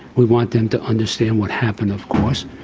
we want them to understand what happened, of course.